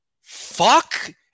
fuck